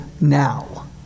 now